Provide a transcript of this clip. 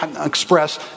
Express